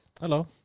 hello